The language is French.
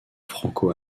franco